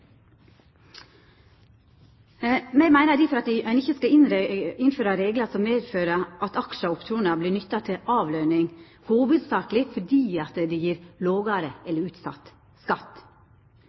Me meiner difor at ein ikkje skal innføra reglar som medfører at aksjar og opsjonar vert nytta til avløning hovudsakeleg fordi det gjev lågare eller utsett skatt.